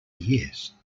years